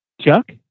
Chuck